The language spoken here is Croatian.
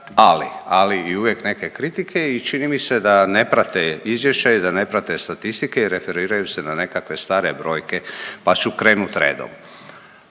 Ali i uvijek neke kritike i čini mi se da ne prate izvješća i da ne prate statistike i referiraju se na nekakve stare brojke, pa ću krenut redom.